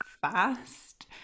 fast